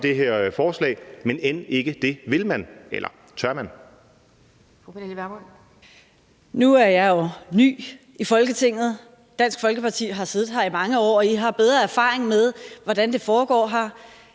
Fru Pernille Vermund. Kl. 13:04 Pernille Vermund (NB): Nu er jeg jo ny i Folketinget. Dansk Folkeparti har siddet her i mange år, og I har bedre erfaring med, hvordan det foregår her.